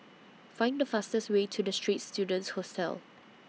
Find The fastest Way to The Straits Students Hostel